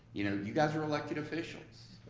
you know you guys are elected officials.